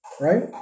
right